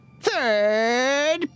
Third